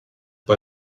bei